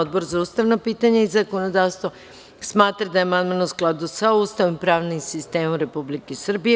Odbor za ustavna pitanja i zakonodavstvo smatra da je amandman u skladu sa Ustavom i pravnim sistemom Republike Srbije.